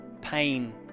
pain